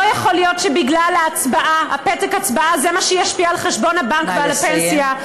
לא יכול להיות שפתק ההצבעה יהיה מה שישפיע על חשבון הבנק ועל הפנסיה.